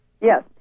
Yes